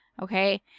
Okay